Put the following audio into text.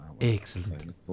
excellent